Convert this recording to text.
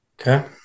Okay